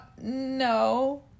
no